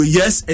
yes